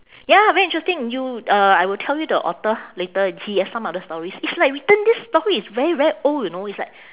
ya very interesting you uh I will tell you the author later he has some other stories it's like written this story is very very old you know it's like